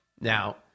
Now